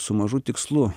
su mažu tikslu